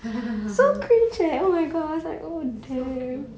so cringe